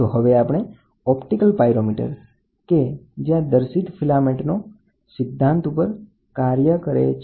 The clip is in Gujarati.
તો ઓપ્ટિકલ પાયરોમીટર અદ્શ્ય ફિલામેન્ટના સિદ્ધાંત ઉપર કાર્ય કરે છે